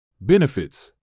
Benefits